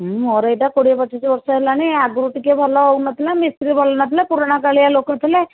ହୁଁ ମୋର ଏଇଟା କୋଡ଼ିଏ ପଚିଶି ବର୍ଷ ହେଲାଣି ଆଗରୁ ଟିକିଏ ଭଲ ହେଉନଥିଲା ମିସ୍ତ୍ରୀ ଭଲନଥିଲେ ପୁରୁଣା କାଳିଆ ଲୋକଥିଲେ